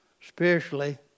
spiritually